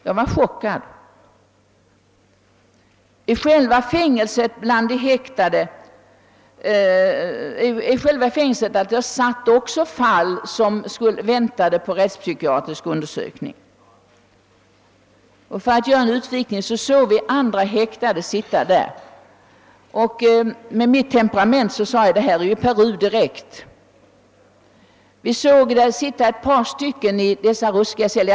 Jag var chockad. I själva fängelset satt också fall som väntade på rättspsykiatrisk undersökning. Vi såg även andra häktade sitta där. Med mitt temperament sade jag: »Det här är ju Peru direkt!» I vissa celler satt ett par människor.